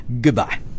Goodbye